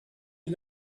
had